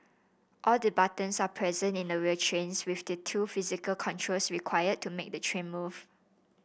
all the buttons are present in a real trains with the two physical controls required to make the train move